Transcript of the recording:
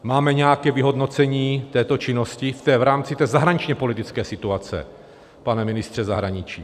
Máme nějaké vyhodnocení této činnosti v rámci zahraničněpolitické situace, pane ministře zahraničí?